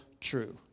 true